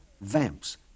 vamps